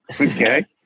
okay